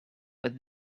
but